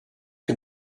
can